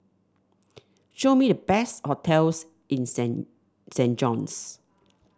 show me the best hotels in Saint Saint John's